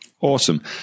Awesome